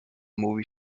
movie